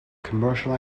commercial